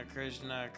Krishna